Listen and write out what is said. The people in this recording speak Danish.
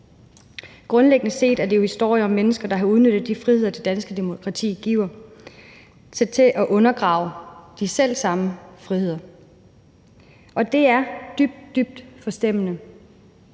Grundlæggende set er det jo historier om mennesker, der har udnyttet de friheder, det danske demokrati giver, til at undergrave de selv samme friheder. Det er dybt, dybt forstemmende.